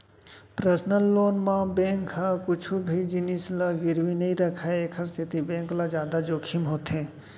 personal loan म bank ह कुछु भी जिनिस ल गिरवी नइ राखय एखर सेती बेंक ल जादा जोखिम होथे